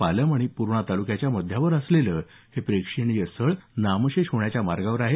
पालम आणि पूर्णा तालुक्याच्या मध्यावर असलेलं प्रेक्षणीय स्थळ नामशेष होण्याच्या मार्गावर आहे